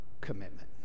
commitment